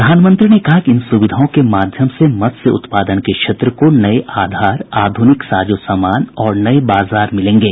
प्रधानमंत्री ने कहा कि इन सुविधाओं के माध्यम से मत्स्य उत्पादन के क्षेत्र को नये आधार आधुनिक साजो सामान और नये बाजार मिलेंगे